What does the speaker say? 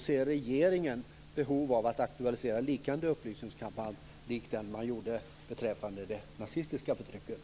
Ser regeringen behov av att aktualisera en upplysningskampanj liknande den om det nazistiska förtrycket?